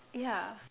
yeah